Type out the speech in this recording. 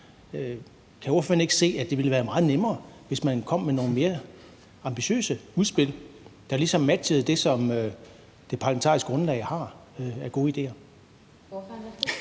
Kan ordføreren ikke se, at det ville være meget nemmere, hvis man kom med nogle mere ambitiøse udspil, der ligesom matchede det, som det parlamentariske grundlag har af gode idéer?